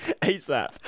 ASAP